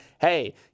hey